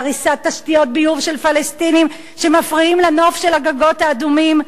להריסת תשתיות ביוב של פלסטינים שמפריעים לנוף של הגגות האדומים,